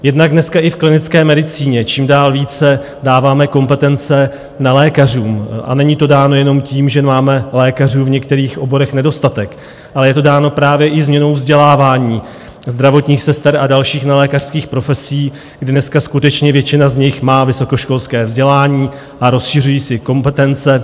Jednak dneska i v klinické medicíně čím dál více dáváme kompetence nelékařům, a není to dáno jenom tím, že máme lékařů v některých oborech nedostatek, ale je to dáno právě i změnou vzdělávání zdravotních sester a dalších nelékařských profesí, kdy dneska skutečně většina z nich má vysokoškolské vzdělání, a rozšiřují si kompetence.